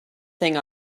thing